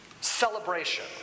celebration